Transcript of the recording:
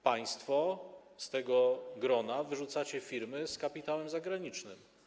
Państwo z tego grona wyrzucacie firmy z kapitałem zagranicznym.